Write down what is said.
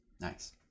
nice